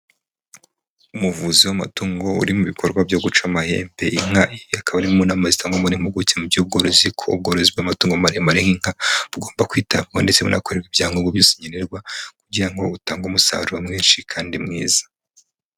Umuvuzi w'amatungo uri mu bikorwa byo guca amahembe inka akaba ari imwe mu nama zitangwa n'impuguke mu by'ubworozi ko ubworozi bw'amatungo maremare nk'inka zigomba kwitabwaho ndetse bunakorerwa ibyangombwa byose nkenerwa kugira ngo butange umusaruro mwinshi kandi mwiza.